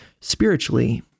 spiritually